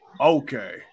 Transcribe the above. Okay